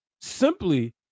Simply